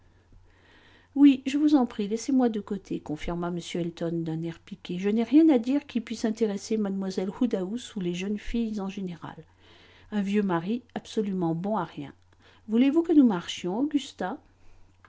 oui je vous en prie laissez-moi de côté confirma m elton d'un air piqué je n'ai rien à dire qui puisse intéresser mlle woodhouse ou les jeunes filles en général un vieux mari absolument bon à rien voulez-vous que nous marchions augusta